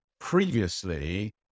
previously